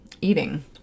eating